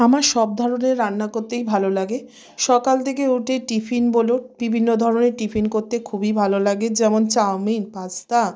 আমার সব ধরনের রান্না করতেই ভালো লাগে সকাল থেকেই উঠে টিফিন বলো বিভিন্ন ধরনের টিফিন করতে খুবই ভালো লাগে যেমন চাউমিন পাস্তা